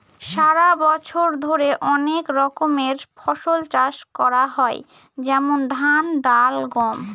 সারা বছর ধরে অনেক রকমের ফসল চাষ করা হয় যেমন ধান, ডাল, গম